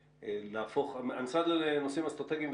המשרד לנושאים אסטרטגיים,